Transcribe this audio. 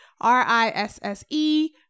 R-I-S-S-E